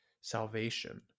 salvation